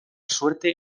suerte